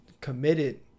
committed